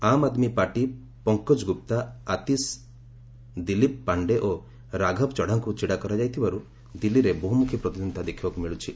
ଆମ୍ ଆଦ୍ମୀ ପାର୍ଟି ପଙ୍କଜ ଗୁପ୍ତା ଆତିଶି ଦିଲ୍ଲୀପ ପାଶ୍ଡେ ଓ ରାଘବ ଚଢ଼ାଙ୍କୁ ଛିଡ଼ା କରାଇଥିବାରୁ ଦିଲ୍ଲୀରେ ବହୁମୁଖୀ ପ୍ରତିଦ୍ୱନ୍ଦିତା ଦେଖିବାକୁ ମିଳିଛି